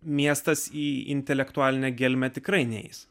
miestas į intelektualinę gelmę tikrai neis